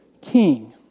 king